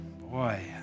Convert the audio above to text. boy